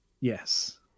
yes